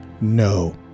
No